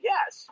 Yes